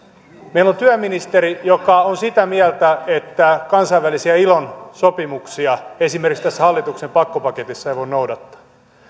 meillä on työministeri joka on sitä mieltä että kansainvälisiä ilon sopimuksia esimerkiksi tässä hallituksen pakkopaketissa ei voi noudattaa